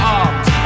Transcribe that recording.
arms